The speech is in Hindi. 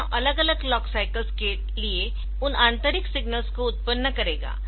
तो यह अलग अलग क्लॉक साइकल्स के लिए उन आंतरिक सिग्नल्स को उत्पन्न करेगा